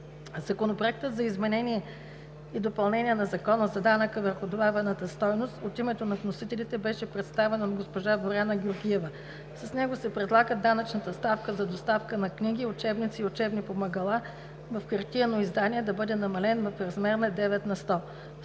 Законопроект за изменение и допълнение на Закона за данък върху добавената стойност, № 054-01-42, от името на вносителите беше представен от госпожа Боряна Георгиева. С него се предлага данъчната ставка за доставка на книги, учебници и учебни помагала в хартиено издание да бъде намалена в размер на 9 на сто.